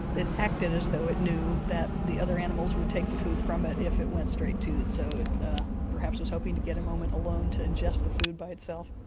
it acted as though it knew that the other animals would take the food from it if it went straight to it, so it perhaps was hoping to get a moment alone to ingest the food by itself.